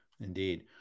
indeed